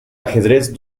ajedrez